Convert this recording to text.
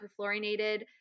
perfluorinated